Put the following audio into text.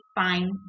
fine